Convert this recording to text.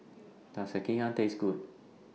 Does Sekihan Taste Good